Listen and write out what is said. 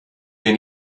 hier